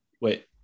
Wait